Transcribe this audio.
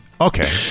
Okay